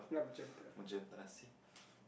magenta I see